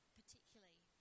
particularly